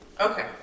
Okay